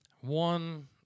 one